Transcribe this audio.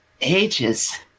ages